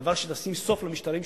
דבר שישים סוף למשטרים שלהם.